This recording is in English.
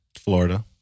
Florida